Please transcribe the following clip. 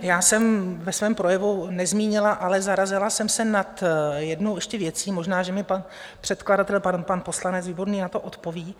Já jsem ve svém projevu nezmínila, ale zarazila jsem se ještě nad jednou věcí možná že mi pan předkladatel, pardon, pan poslanec Výborný, na to odpoví.